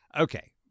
Okay